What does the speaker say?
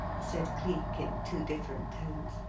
said cleek, in two different tones.